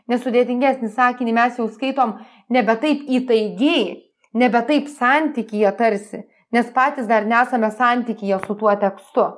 nes sudėtingesnį sakinį mes jau skaitom nebe taip įtaigiai nebe taip santykyje tarsi nes patys dar nesame santykyje su tuo tekstu